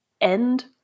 End